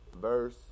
verse